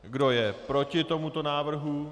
Kdo je proti tomuto návrhu?